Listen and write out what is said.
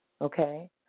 Okay